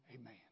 Amen